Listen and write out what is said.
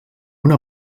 una